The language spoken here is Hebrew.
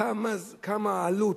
כמה העלות,